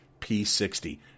P60